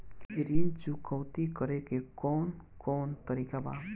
ऋण चुकौती करेके कौन कोन तरीका बा?